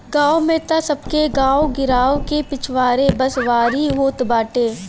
गांव में तअ सबके गांव गिरांव के पिछवारे बसवारी होत बाटे